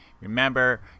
Remember